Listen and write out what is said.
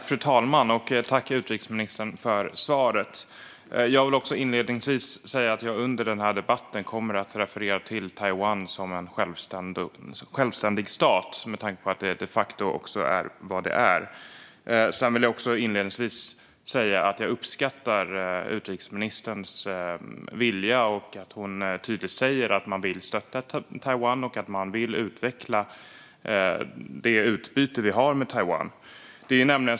Fru talman! Jag tackar utrikesministern för svaret. Inledningsvis vill jag säga att jag under debatten kommer att referera till Taiwan som en självständig stat, något den de facto är. Dessutom vill jag säga att jag uppskattar utrikesministerns vilja och att hon tydligt säger att man vill stötta Taiwan och utveckla det utbyte vi har med Taiwan.